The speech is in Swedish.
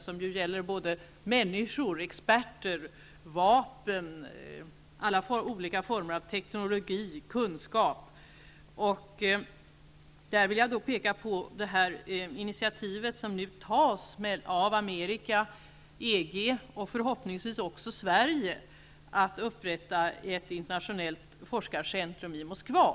Den gäller människor, experter, vapen, alla former av teknologi och kunskap. Jag vill peka på det initiativ som tas av Amerika, EG och förhoppningsvis också Sverige för att upprätta ett internationellt forskarcentrum i Moskva.